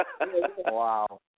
Wow